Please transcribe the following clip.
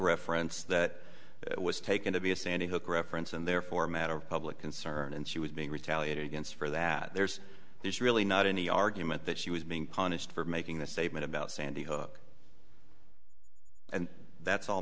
reference that was taken to be a sandy hook reference and therefore a matter of public concern and she was being retaliated against for that there's there's really not any argument that she was being punished for making the statement about sandy hook and that's all